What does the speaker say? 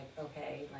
okay